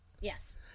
Yes